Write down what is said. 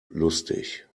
lustig